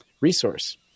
resource